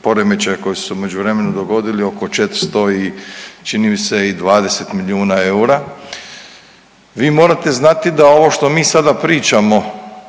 poremećaja koji su se u međuvremenu dogodili oko 400 i čini mi se i 20 milijuna eura. Vi morate znati da ovo što mi sada pričamo